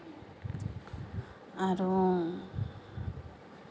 আৰু